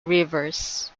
rivers